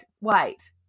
wait